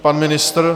Pan ministr?